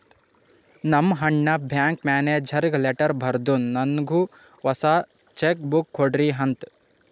ನಮ್ ಅಣ್ಣಾ ಬ್ಯಾಂಕ್ ಮ್ಯಾನೇಜರ್ಗ ಲೆಟರ್ ಬರ್ದುನ್ ನನ್ನುಗ್ ಹೊಸಾ ಚೆಕ್ ಬುಕ್ ಕೊಡ್ರಿ ಅಂತ್